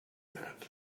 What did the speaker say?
that